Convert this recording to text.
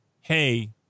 Hey